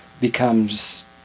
becomes